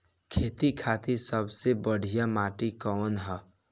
खेती खातिर सबसे बढ़िया माटी कवन ह?